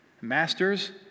Masters